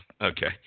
Okay